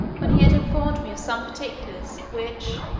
when he had informed me of some particulars which,